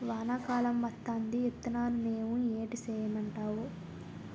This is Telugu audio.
వానా కాలం వత్తాంది ఇత్తనాలు నేవు ఏటి సేయమంటావు